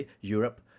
Europe